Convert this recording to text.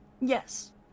Yes